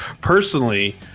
Personally